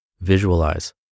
visualize